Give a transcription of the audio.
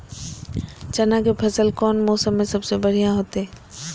चना के फसल कौन मौसम में सबसे बढ़िया होतय?